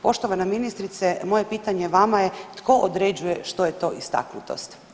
Poštovana ministrice, moje pitanje vama je tko određuje što je to istaknutost?